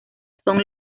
son